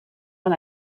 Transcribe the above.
man